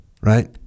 right